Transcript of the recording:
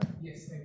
Yes